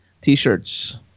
T-shirts